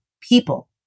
people